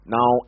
Now